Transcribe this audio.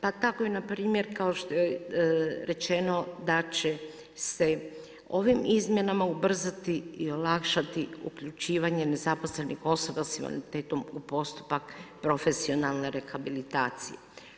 Pa tako npr. kao što je rečeno da će se ovim izmjenama ubrzati i olakšati uključivanje nezaposlenih osoba s invaliditetom u postupak profesionalne rehabilitacije.